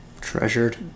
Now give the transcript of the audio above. Treasured